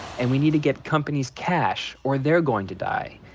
and we need to get companies cash or they're going to die.